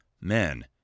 men